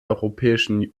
europäischen